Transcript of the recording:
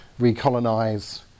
recolonize